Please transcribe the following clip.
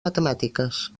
matemàtiques